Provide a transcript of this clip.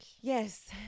Yes